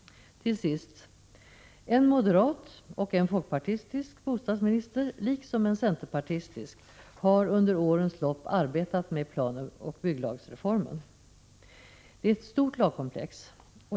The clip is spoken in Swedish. Till sist vill jag nämna att en moderat och en folkpartistisk bostadsminister liksom en centerpartistisk under årens lopp har arbetat med PBL-reformen. Det är ett stort lagkomplex.